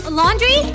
laundry